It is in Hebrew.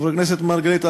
חבר הכנסת מרגלית,